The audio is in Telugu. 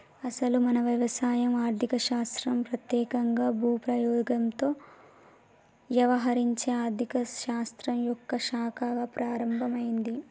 అసలు మన వ్యవసాయం ఆర్థిక శాస్త్రం పెత్యేకంగా భూ వినియోగంతో యవహరించే ఆర్థిక శాస్త్రం యొక్క శాఖగా ప్రారంభమైంది